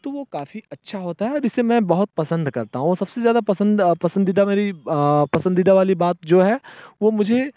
तो वो काफ़ी अच्छा होता है और इसे मैं बहुत पसंद करता हूँ वो सबसे ज़्यादा पसंद पसंदीदा मेरी पसंदीदा वाली बात जो है वो मुझे